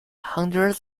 hundred